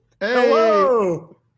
Hello